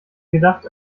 gedacht